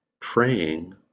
praying